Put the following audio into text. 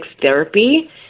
therapy